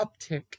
uptick